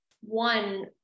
one